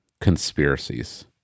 conspiracies